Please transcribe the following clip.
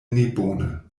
nebone